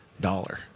dollar